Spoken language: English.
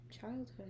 childhood